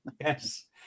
yes